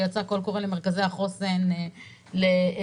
כשיצא קול קורא למרכזי החוסן לשתף,